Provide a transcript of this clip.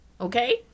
Okay